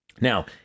Now